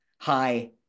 hi